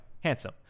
handsome